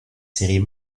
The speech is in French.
séries